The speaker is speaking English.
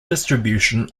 distribution